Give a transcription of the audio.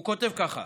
הוא כותב ככה,